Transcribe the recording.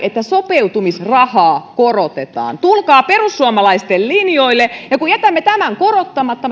että sopeutumisrahaa korotetaan tulkaa perussuomalaisten linjoille ja kun jätämme sopeutumisrahan korottamatta